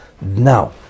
Now